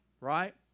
right